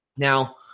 Now